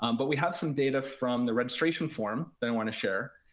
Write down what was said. um but we have some data from the registration form that i want to share.